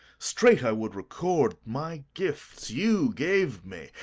straight i would record my gifts you gave me,